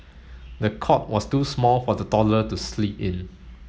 the cot was too small for the toddler to sleep in